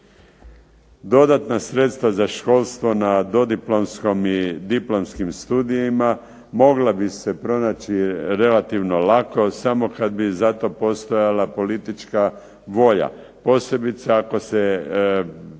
Dodatna sredstva za školstvo na dodiplomskom i diplomskim studijima mogla bi se pronaći relativno lako samo kad bi za to postojala politička volja. Posebice ako se